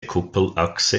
kuppelachse